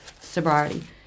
sobriety